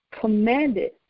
commanded